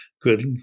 good